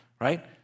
right